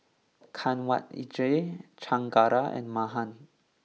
Kanwaljit Chengara and Mahan